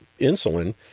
insulin